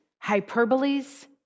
hyperboles